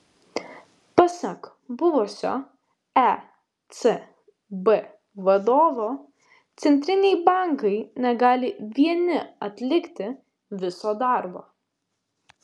pasak buvusio ecb vadovo centriniai bankai negali vieni atlikti viso darbo